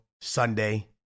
Sunday